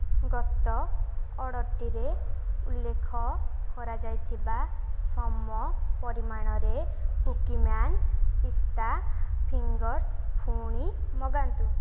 ଗତ ଅର୍ଡ଼ର୍ଟିରେ ଉଲ୍ଲେଖ କରାଯାଇଥିବା ସମ ପରିମାଣରେ କୁକି ମ୍ୟାନ୍ ପିସ୍ତା ଫିଙ୍ଗର୍ସ ପୁଣି ମଗାନ୍ତୁ